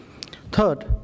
Third